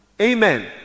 Amen